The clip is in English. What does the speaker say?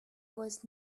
was